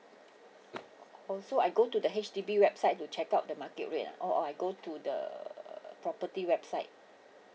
oh so I go to the H_D_B website to check out the market rate ah or I go to the property website